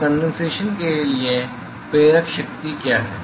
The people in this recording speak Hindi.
तो कंडेनसेशन के लिए प्रेरक शक्ति क्या है